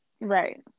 Right